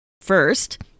First